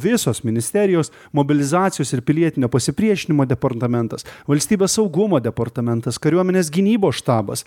visos ministerijos mobilizacijos ir pilietinio pasipriešinimo departamentas valstybės saugumo departamentas kariuomenės gynybos štabas